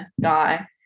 guy